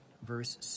verse